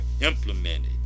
implemented